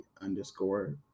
underscore